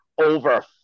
over